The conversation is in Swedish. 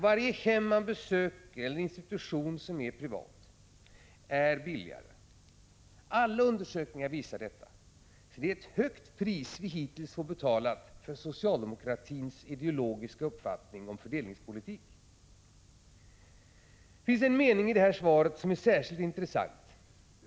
Varje hem eller institution som drivs privat är billigare — alla undersökningar visar det. Det är alltså ett högt pris som vi hittills har fått betala för socialdemokratins ideologiska uppfattning om fördelningspolitik. Det finns en mening i svaret som är särskilt intressant.